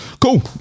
Cool